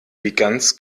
ganz